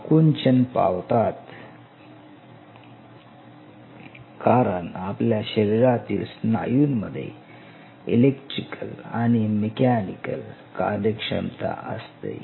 ते आकुंचन पावतात कारण आपल्या शरीरातील स्नायूंमध्ये इलेक्ट्रिकल आणि मेकॅनिकल कार्यक्षमता असते